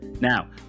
Now